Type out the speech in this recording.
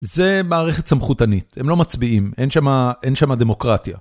זה מערכת סמכותנית, הם לא מצביעים, אין שם דמוקרטיה.